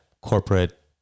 corporate